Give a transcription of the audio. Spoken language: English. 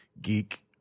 geek